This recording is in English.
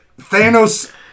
Thanos